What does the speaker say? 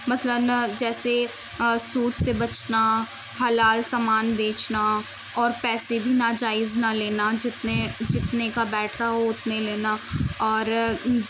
مثلاً جیسے سود سے بچنا حلال سامان بیچنا اور پیسے بھی ناجائز نہ لینا جتنے جتنے کا بیٹھ رہا ہو اتنے لینا اور